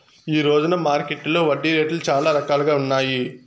ఈ రోజున మార్కెట్టులో వడ్డీ రేట్లు చాలా రకాలుగా ఉన్నాయి